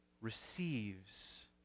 receives